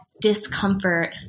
discomfort